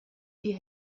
die